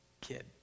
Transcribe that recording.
kid